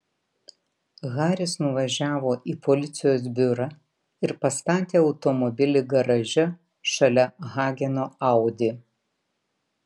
haris nuvažiavo į policijos biurą ir pastatė automobilį garaže šalia hageno audi